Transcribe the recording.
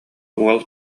уол